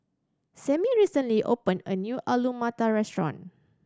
Samie recently opened a new Alu Matar Restaurant